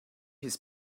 his